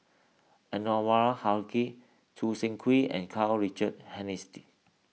Anwarul Haque Choo Seng Quee and Karl Richard